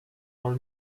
all